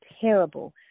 terrible